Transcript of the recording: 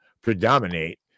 predominate